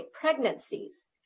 pregnancies